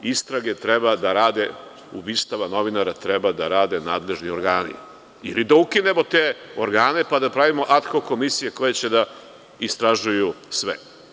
Istrage treba da rade, ubistva novinara treba da rade nadležni organi ili da ukinemo te organe pa da pravimo ad hok komisije koje će da istražuju sve.